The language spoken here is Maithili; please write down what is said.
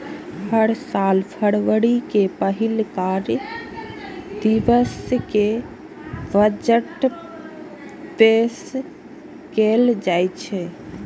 हर साल फरवरी के पहिल कार्य दिवस कें बजट पेश कैल जाइ छै